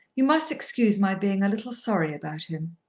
you must excuse my being a little sorry about him.